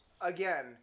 again